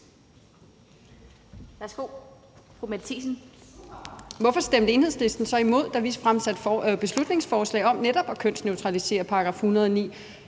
værsgo.